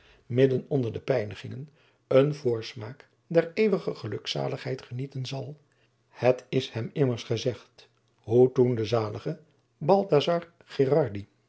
onder de pijnigingen een voorsmaak der eeuwige gelukzaligheid genieten zal het is hem immers gezegd hoe toen de zalige balthasar